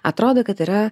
atrodo kad yra